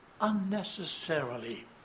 unnecessarily